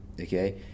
okay